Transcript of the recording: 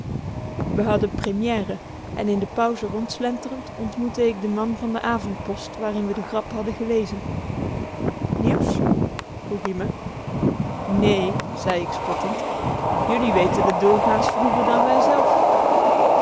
we hadden première en in de pauze rondslenterend ontmoette k den man van de avondpost waarin we de grap hadden gelezen nieuws vroeg-ie me nee zei ik spottend jullie weten t doorgaans vroeger dan